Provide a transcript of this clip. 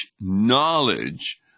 knowledge